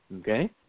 Okay